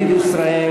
ידיד ישראל,